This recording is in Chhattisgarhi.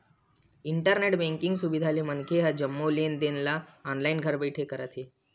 इंटरनेट बेंकिंग सुबिधा ले मनखे ह जम्मो लेन देन ल ऑनलाईन घर बइठे करत हे